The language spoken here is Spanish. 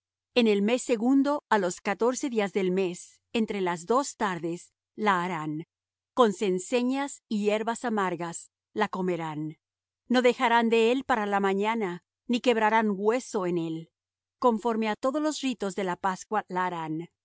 en el mes segundo á los catorce días del mes entre las dos tardes la harán con cenceñas y hierbas amargas la comerán no dejarán de él para la mañana ni quebrarán hueso en él conforme á todos los ritos de la pascua